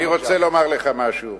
אני רוצה לומר לך משהו.